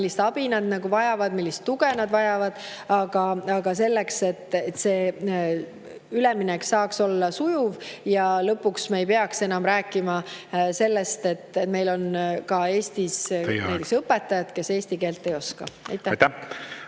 millist abi nad vajavad, millist tuge nad vajavad selleks, et see üleminek saaks olla sujuv ja lõpuks me ei peaks enam rääkima sellest, et meil on Eestis õpetajaid, kes eesti keelt ei oska.